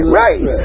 right